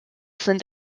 sind